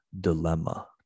dilemma